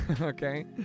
Okay